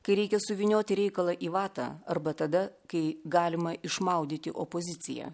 kai reikia suvynioti reikalą į vatą arba tada kai galima išmaudyti opoziciją